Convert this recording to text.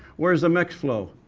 where's the mixed flow?